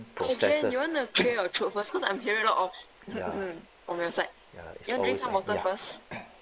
professors ya ya it's always like ya